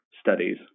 studies